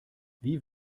wie